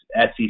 SEC